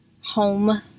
home